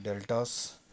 deltas